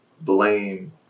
blame